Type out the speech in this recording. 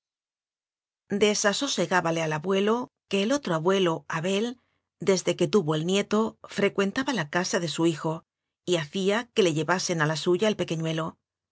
balbucir desasosegábale al abuelo que el otro abue lo abel desde que tuvo el nieto frecuenta ba la casa de su hijo y hacía que le llevasen a la suya el pequeñuelo